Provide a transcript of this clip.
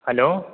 hello